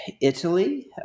Italy